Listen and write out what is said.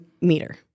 meter